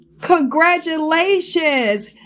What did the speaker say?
Congratulations